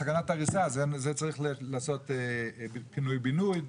זה צריך לעשות פינוי בינוי,